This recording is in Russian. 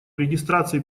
регистрации